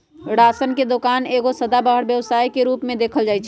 ration के दोकान एगो सदाबहार व्यवसाय के रूप में देखल जाइ छइ